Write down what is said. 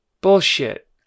Bullshit